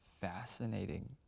fascinating